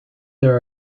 there